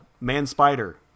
Man-Spider